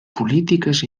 polítiques